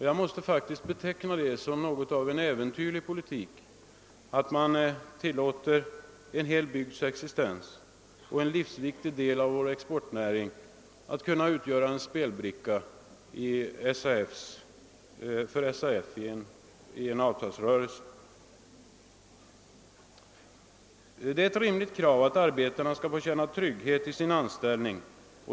Jag måste beteckna det som en äventyrlig politik att man tillåter att en hel bygds existens och en livsviktig del av vår export blir en bricka i spelet för SAF i en avtalsrörelse. Det är ett rimligt krav att arbetarna får känna trygghet i sin anställning.